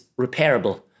repairable